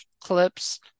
clips